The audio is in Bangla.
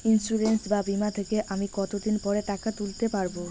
ইন্সুরেন্স বা বিমা থেকে আমি কত দিন পরে টাকা তুলতে পারব?